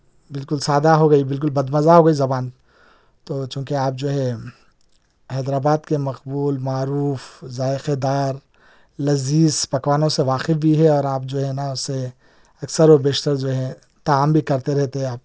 بالکل سادہ ہو گئی بالکل بد مزہ ہو گئی زبان تو چونکہ آپ جو ہے حیدر آباد کے مقبول معروف ذائقے دار لذیذ پکوانوں سے واقف بھی ہے اور آپ جو ہیں نا اس سے اکثر و بیشتر جو ہے طعام بھی کرتے رہتے ہیں آپ